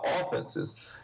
offenses